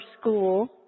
school